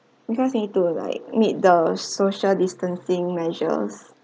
because we need to like meet the social distancing measures